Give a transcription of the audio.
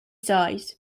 size